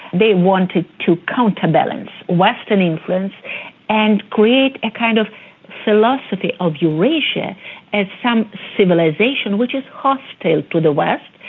they wanted to counterbalance western influence and create a kind of philosophy of eurasia as some civilisation which is hostile to the west,